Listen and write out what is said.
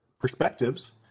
perspectives